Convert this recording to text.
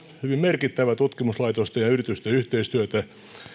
merkittävää tutkimuslaitosten ja yritysten yhteistyötä